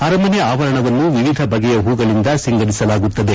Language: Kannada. ಅರಮನೆ ಅವರಣವನ್ನು ವಿವಿಧ ಬಗೆಯ ಹೂಗಳಿಂದ ಸಿಂಗರಿಸಲಾಗುತ್ತದೆ